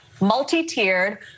multi-tiered